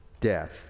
death